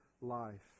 life